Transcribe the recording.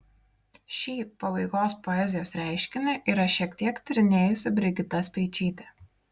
šį pabaigos poezijos reiškinį yra šiek tiek tyrinėjusi brigita speičytė